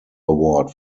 award